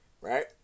Right